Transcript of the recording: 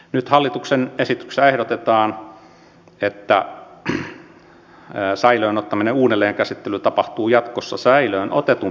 nyt hallituksen esityksessä ehdotetaan että säilöön ottamisen uudelleenkäsittely tapahtuu jatkossa säilöön otetun pyynnöstä